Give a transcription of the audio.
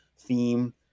theme